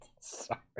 Sorry